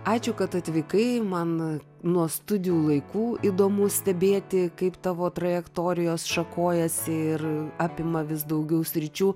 ačiū kad atvykai man nuo studijų laikų įdomu stebėti kaip tavo trajektorijos šakojasi ir apima vis daugiau sričių